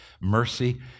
mercy